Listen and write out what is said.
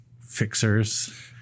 Fixers